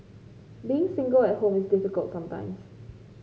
being single at home is difficult sometimes